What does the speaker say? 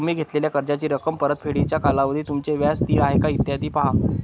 तुम्ही घेतलेल्या कर्जाची रक्कम, परतफेडीचा कालावधी, तुमचे व्याज स्थिर आहे का, इत्यादी पहा